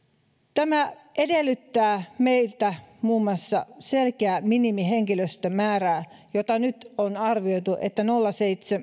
tämä edellyttää meiltä muun muassa selkeää minimihenkilöstömäärää ja nyt on arvioitu että